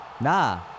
Nah